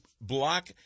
block